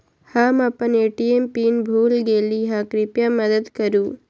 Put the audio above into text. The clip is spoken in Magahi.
हम अपन ए.टी.एम पीन भूल गेली ह, कृपया मदत करू